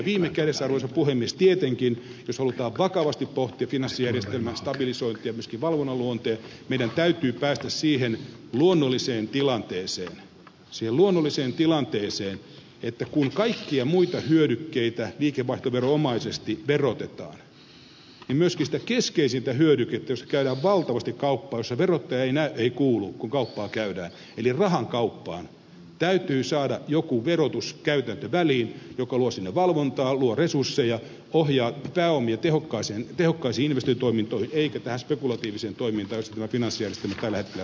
viime kädessä arvoisa puhemies tietenkin jos halutaan vakavasti pohtia finanssijärjestelmän stabilisointia myöskin valvonnan suhteen meidän täytyy päästä siihen luonnolliseen tilanteeseen siihen luonnolliseen tilanteeseen että kun kaikkia muita hyödykkeitä liikevaihtoveronomaisesti verotetaan niin myöskin sen keskeisimmän hyödykkeen kauppaan jota käydään valtavasti jossa verottajaa ei näy ei kuulu kun kauppaa käydään eli rahan kauppaan täytyy saada joku verotuskäytäntö väliin joka luo sinne valvontaa luo resursseja ohjaa pääomia tehokkaisiin investointitoimintoihin eikä tähän spekulatiiviseen toimintaan jossa tämä finanssijärjestelmä tällä hetkellä on mukana